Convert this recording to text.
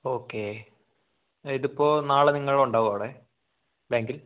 okay ഇതിപ്പോൾ നാളെ നിങ്ങൾ ഉണ്ടാകുമോ അവിടെ ബാങ്കിൽ